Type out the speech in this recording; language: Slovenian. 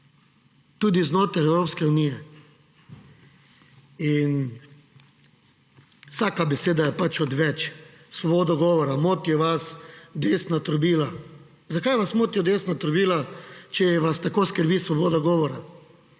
Tudi znotraj Evropske unije. Vsaka beseda je pač odveč. Svoboda govora, motijo vas desna trobila. Zakaj vas motijo desna trobila, če vas tako skrbni svoboda govora?